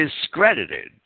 discredited